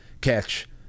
catch